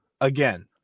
again